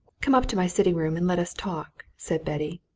come up to my sitting-room and let us talk, said betty.